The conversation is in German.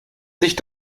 sich